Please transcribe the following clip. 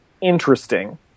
interesting